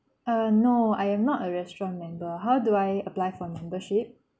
err no I am not a restaurant member how do I apply for membership